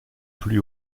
plus